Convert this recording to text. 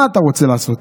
מה אתה רוצה לעשות?